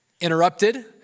interrupted